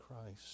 Christ